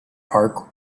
park